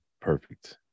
perfect